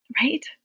right